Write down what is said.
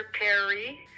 Perry